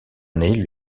nées